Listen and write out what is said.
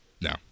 no